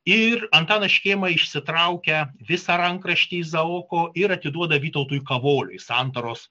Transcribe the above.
ir antanas škėma išsitraukia visą rankraštį izaoko ir atiduoda vytautui kavoliui santaros